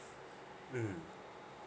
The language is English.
mm